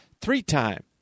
three-time